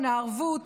הערבות,